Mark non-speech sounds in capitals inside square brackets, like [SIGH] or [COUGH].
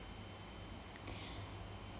[BREATH]